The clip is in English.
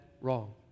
wrong